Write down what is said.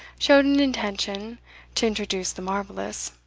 showed an intention to introduce the marvellous.